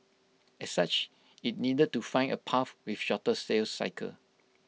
as such IT needed to find A path with shorter sales cycle